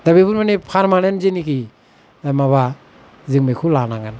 दा बेफोर माने पार्मानेन्त जेनोखि माबा जों बेखौ लानांगोन